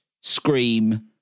Scream